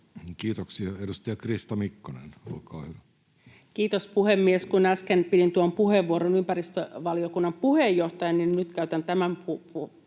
Kiitoksia. — Edustaja Krista Mikkonen, olkaa hyvä. Kiitos, puhemies! Kun äsken pidin tuon puheenvuoron ympäristövaliokunnan puheenjohtajana, niin nyt käytän tämän puheenvuoron